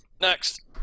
Next